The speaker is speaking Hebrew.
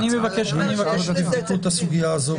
אני מבקש שתבדקו את הסוגיה הזו.